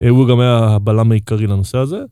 הוא גם היה הבלם העיקרי לנושא הזה.